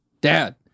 dad